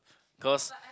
because